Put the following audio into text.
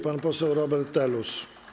Pan poseł Robert Telus.